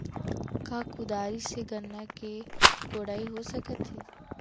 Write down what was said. का कुदारी से गन्ना के कोड़ाई हो सकत हे?